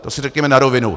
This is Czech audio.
To si řekněme na rovinu!